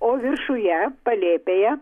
o viršuje palėpėje